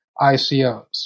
ICOs